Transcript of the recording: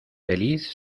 feliz